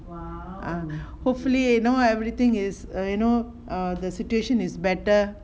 ah hopefully you know everything is uh you know err the situation is better